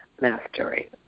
mastery